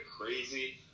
crazy